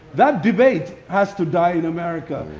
that debate has to die in america.